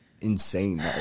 insane